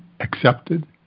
Accepted